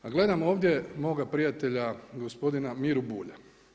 A gledam ovdje moga prijatelja gospodina Miru Bulja.